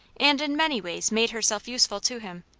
and in many ways made herself useful to him.